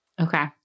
Okay